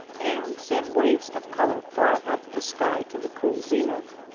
and send waves of color far up the sky to the cool zenith.